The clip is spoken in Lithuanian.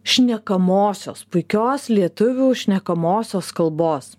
šnekamosios puikios lietuvių šnekamosios kalbos